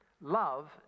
Love